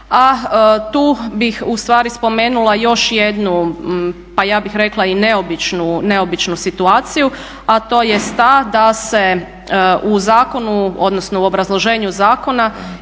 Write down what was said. A tu bih ustvari spomenula još jednu, pa ja bih rekla i neobičnu situaciju, a to jest ta da se u zakonu odnosno u obrazloženju zakona